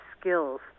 skills